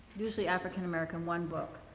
usually african american. one book.